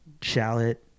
shallot